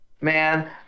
man